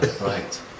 Right